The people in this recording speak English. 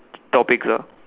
topic clear